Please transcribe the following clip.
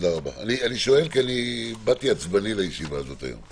אני שואל כי אני באתי עצבני לישיבה הזאת היום,